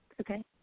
Okay